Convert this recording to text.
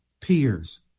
peers